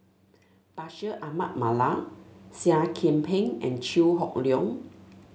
Bashir Ahmad Mallal Seah Kian Peng and Chew Hock Leong